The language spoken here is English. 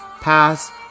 pass